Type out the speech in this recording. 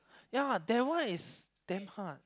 ya that one is damn hard